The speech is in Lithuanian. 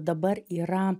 dabar yra